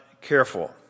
careful